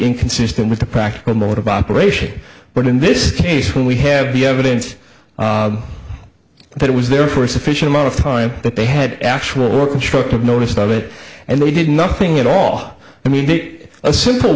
inconsistent with the practical mode of operation but in this case we have the evidence that it was there for a sufficient amount of time that they had actual or constructive notice of it and they did nothing at all i mean it a simple